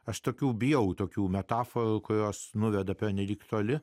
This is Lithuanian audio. aš tokių bijau tokių metaforų kurios nuveda pernelyg toli